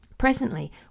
Presently